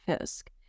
Fisk